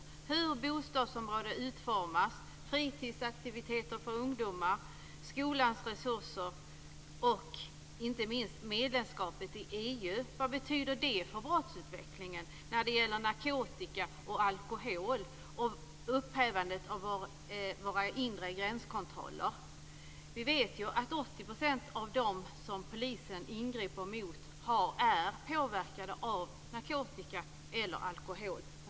Det handlar om hur bostadsområden utformas, fritidsaktiviteter för ungdomar, skolans resurser och inte minst medlemskapet i EU. Vad betyder det för brottsutvecklingen när det gäller narkotika och alkohol? Det gäller också upphävandet av våra inre gränskontroller. Vi vet att 80 % av dem som polisen ingriper mot är påverkade av narkotika eller alkohol.